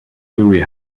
dewey